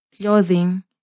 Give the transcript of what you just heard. clothing